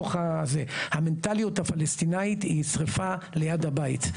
המנטליות הפלסטינית היא שריפה ליד הבית,